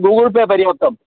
Google Pay परिवर्तम्